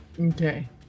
okay